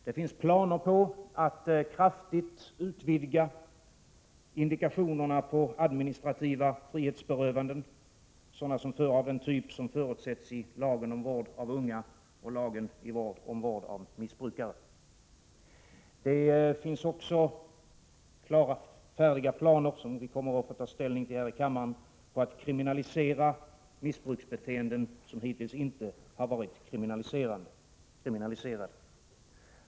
Det finns planer på att kraftigt utvidga indikationerna för administrativa frihetsberövanden, av den typ som förutsätts i lagen om vård av unga och lagen om vård av missbrukare. Det finns också färdiga planer, som vi kommer att få ta ställning till här i kammaren, på att kriminalisera missbruksbeteenden som hittills inte har varit kriminaliserade.